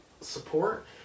support